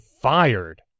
fired